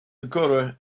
dakota